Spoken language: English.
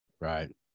Right